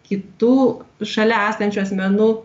kitų šalia esančių asmenų